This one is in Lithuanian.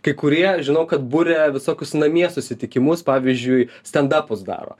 kai kurie žinau kad buria visokius namie susitikimus pavyzdžiui standapus daro